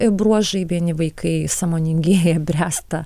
bruožai vieni vaikai sąmoningėja bręsta